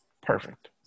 perfect